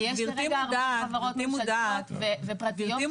כי יש כרגע הרבה חברות ממשלתיות ופרטיות --- גברתי מודעת,